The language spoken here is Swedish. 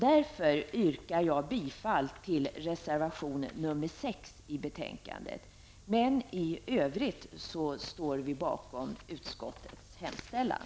Jag yrkar därför bifall till reservation 6 till betänkandet. I övrigt står vi bakom utskottets hemställan.